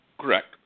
correct